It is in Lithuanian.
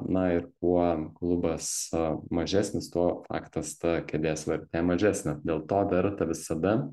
na ir kuo klubas a mažesnis tuo faktas ta kėdės vertė mažesnė dėl to verta visada